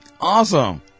Awesome